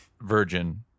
virgin